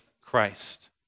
Christ